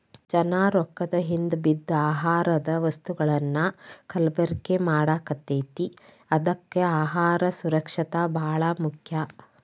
ಜನಾ ರೊಕ್ಕದ ಹಿಂದ ಬಿದ್ದ ಆಹಾರದ ವಸ್ತುಗಳನ್ನಾ ಕಲಬೆರಕೆ ಮಾಡಾಕತೈತಿ ಅದ್ಕೆ ಅಹಾರ ಸುರಕ್ಷಿತ ಬಾಳ ಮುಖ್ಯ